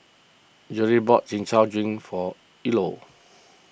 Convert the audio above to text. Jerrie bought Chin Chow Drink for Eola